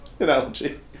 Analogy